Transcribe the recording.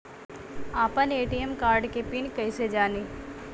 आपन ATM card के pin कईसे जानी?